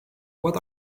what